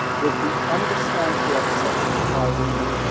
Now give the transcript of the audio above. with the understandable exception of philemon,